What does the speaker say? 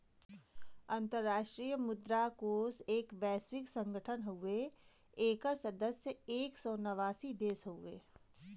अंतराष्ट्रीय मुद्रा कोष एक वैश्विक संगठन हउवे एकर सदस्य एक सौ नवासी देश हउवे